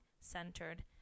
centered